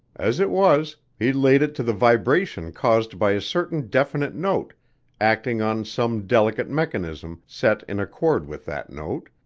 as it was, he laid it to the vibration caused by a certain definite note acting on some delicate mechanism set in accord with that note,